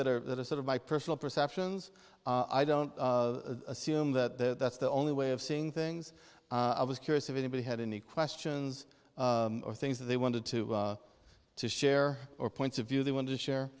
that are that are sort of my personal perceptions i don't assume that that's the only way of seeing things i was curious if anybody had any questions or things that they wanted to to share or points of view they want to share